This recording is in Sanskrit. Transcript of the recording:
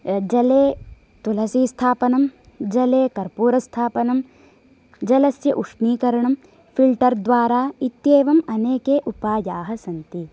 जले तुलसी स्थापनं जले कर्पूरस्थापनं जलस्य उष्णीकरणं फिल्टर् द्वारा इत्येवं अनेके उपायाः सन्ति